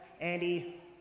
Andy